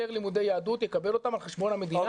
לימודי יהדות יקבל אותם על חשבון המדינה.